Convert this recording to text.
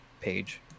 page